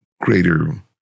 greater